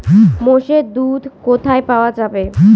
মোষের দুধ কোথায় পাওয়া যাবে?